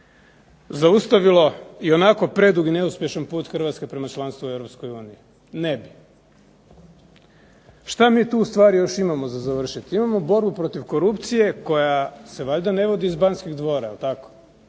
zaustavilo i onako predug i neuspješan put Hrvatske prema članstvu u Europskoj uniji. Ne bi. Što mi tu ustvari imamo još za završiti? Imamo borbu protiv korupcije koja se ne vodi valjda iz Banskih dvora, jel tako?